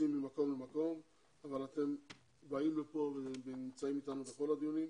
ממקום למקום אבל אתם באים לכאן ונמצאים אתנו בכל הדיונים.